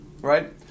right